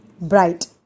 bright